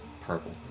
purple